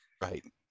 Right